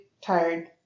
tired